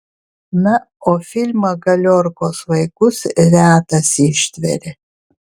na o filmą galiorkos vaikus retas ištveria